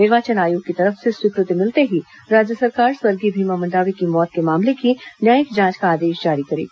निर्वाचन आयोग की तरफ से स्वीकृति मिलते ही राज्य सरकार स्वर्गीय भीमा मंडावी की मौत के मामले की न्यायिक जांच का आदेश जारी करेगी